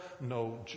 no